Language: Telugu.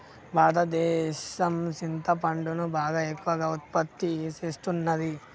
భారతదేసం సింతపండును బాగా ఎక్కువగా ఉత్పత్తి సేస్తున్నది